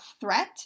threat